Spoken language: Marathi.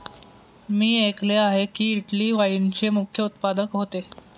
मी ऐकले आहे की, इटली वाईनचे मुख्य उत्पादक होते